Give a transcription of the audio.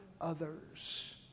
others